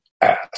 ass